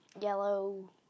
yellow